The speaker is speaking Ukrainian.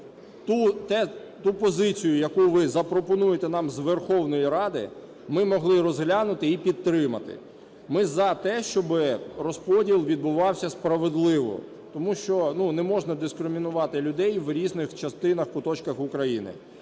ту позицію, яку ви запропонуєте нам з Верховної Ради, ми могли розглянути і підтримати. Ми за те, щоби розподіл відбувався справедливо. Тому що не можна дискримінувати людей в різних частинах і куточках України.